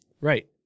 right